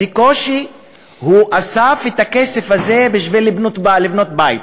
בקושי הוא אסף את הכסף הזה בשביל לבנות בית,